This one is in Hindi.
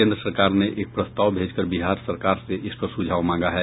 केंद्र सरकार ने एक प्रस्ताव भेजकर बिहार सरकार से इस पर सुझाव मांगा है